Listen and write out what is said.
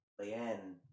Leanne